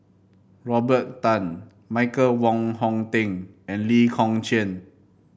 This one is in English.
Robert Tan Michael Wong Hong Teng and Lee Kong Chian